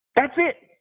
that's it.